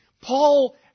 Paul